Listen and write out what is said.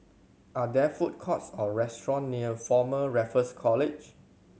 are there food courts or restaurant near Former Raffles College